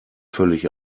völlig